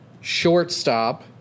shortstop